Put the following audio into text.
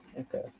Okay